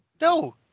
No